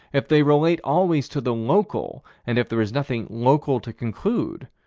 if they relate always to the local, and if there is nothing local to conclude,